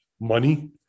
money